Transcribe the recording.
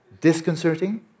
disconcerting